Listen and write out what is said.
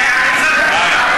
זה היה קצת מדי.